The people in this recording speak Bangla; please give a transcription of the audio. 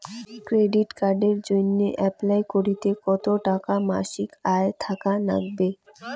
ক্রেডিট কার্ডের জইন্যে অ্যাপ্লাই করিতে কতো টাকা মাসিক আয় থাকা নাগবে?